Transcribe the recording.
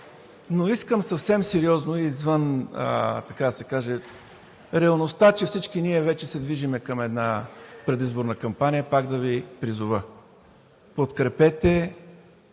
Но искам съвсем сериозно извън, така да се каже, реалността, че всички ние вече се движим към една предизборна кампания, пак да Ви призова: подкрепете